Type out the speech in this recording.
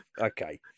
okay